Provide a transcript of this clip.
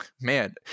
man